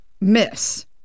miss